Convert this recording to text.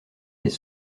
les